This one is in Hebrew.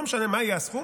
לא משנה מה יהיה הסכום,